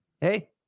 Hey